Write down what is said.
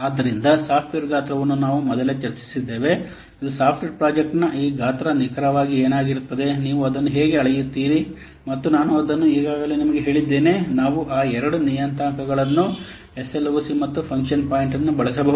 ಆದ್ದರಿಂದ ಸಾಫ್ಟ್ವೇರ್ ಗಾತ್ರವನ್ನು ನಾವು ಮೊದಲೇ ಚರ್ಚಿಸಿದ್ದೇವೆ ಇದು ಸಾಫ್ಟ್ವೇರ್ ಪ್ರಾಜೆಕ್ಟ್ನ ಈ ಗಾತ್ರ ನಿಖರವಾಗಿ ಏನಾಗಿರುತ್ತದೆ ನೀವು ಅದನ್ನು ಹೇಗೆ ಅಳೆಯುತ್ತೀರಿ ಮತ್ತು ನಾನು ಅದನ್ನು ಈಗಾಗಲೇ ನಿಮಗೆ ಹೇಳಿದ್ದೇನೆ ನಾವು ಆ ಎರಡು ನಿಯತಾಂಕಗಳನ್ನು ಎಸ್ ಎಲ್ ಒ ಸಿ ಮತ್ತು ಫಂಕ್ಷನ್ ಪಾಯಿಂಟ್ ಅನ್ನು ಬಳಸಬಹುದು